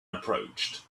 approached